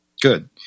Good